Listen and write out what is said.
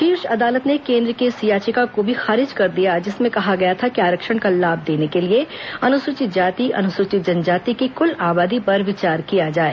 शीर्ष अदालत ने केन्द्र की उस याचिका को भी खारिज कर दिया जिसमें कहा गया था आरक्षण का लाभ देने के लिए अनुसूचित जातिअनुसूचित जनजाति की कुल आबादी पर विचार किया जाए